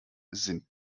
sind